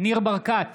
ניר ברקת,